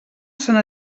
sant